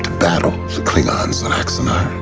battle the klingons on axanar.